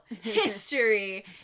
history